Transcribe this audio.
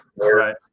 Right